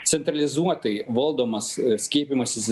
centralizuotai valdomas skiepijimasis